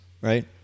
right